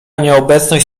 nieobecność